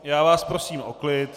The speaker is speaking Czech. Já vás prosím o klid!